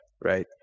right